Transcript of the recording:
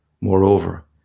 moreover